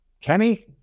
Kenny